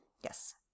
Yes